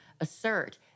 assert